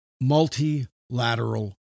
Multilateral